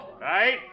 Right